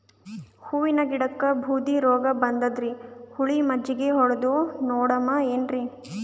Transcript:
ಹೂವಿನ ಗಿಡಕ್ಕ ಬೂದಿ ರೋಗಬಂದದರಿ, ಹುಳಿ ಮಜ್ಜಗಿ ಹೊಡದು ನೋಡಮ ಏನ್ರೀ?